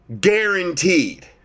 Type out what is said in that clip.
guaranteed